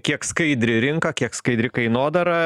kiek skaidri rinka kiek skaidri kainodara